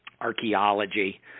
archaeology